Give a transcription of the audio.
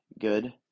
good